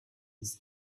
his